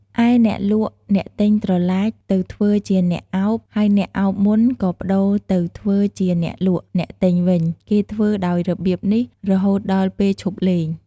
ឯអ្នកលក់អ្នកទិញត្រឡាចទៅធ្វើជាអ្នកឱប ហើយអ្នកឱបមុនក៏ប្តួរទៅធ្វើជាអ្នកលក់ អ្នកទិញវិញ គេធ្វើ ដោយរបៀបនេះរហូតដល់ពេលឈប់លេង។